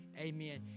Amen